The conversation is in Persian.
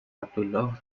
عبدالله